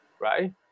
right